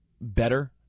better